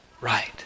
right